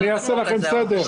אני אעשה לכם סדר.